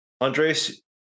Andres